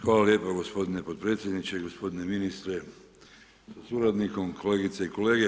Hvala lijepo gospodine potpredsjedniče, gospodine ministre sa suradnikom, kolegice i kolege.